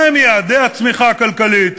מה הם יעדי הצמיחה הכלכלית?